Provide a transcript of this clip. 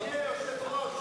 אז בכנסת הבאה,